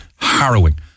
harrowing